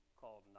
called